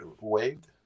waved